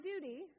duty